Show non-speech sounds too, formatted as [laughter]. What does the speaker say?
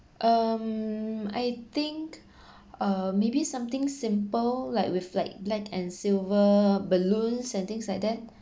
um I think [breath] uh maybe something simple like with like black and silver balloons and things like that